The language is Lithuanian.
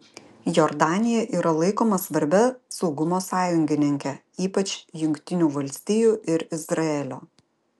jordanija yra laikoma svarbia saugumo sąjungininke ypač jungtinių valstijų ir izraelio